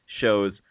shows